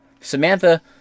Samantha